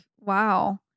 wow